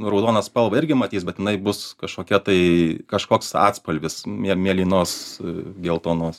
raudona spalvą irgi matys bet jinai bus kažkokia tai kažkoks atspalvis mėlynos geltonos